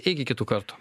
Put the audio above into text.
iki kitų kartų